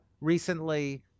recently